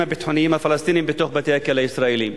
הביטחוניים הפלסטינים בתוך בתי-הכלא הישראליים.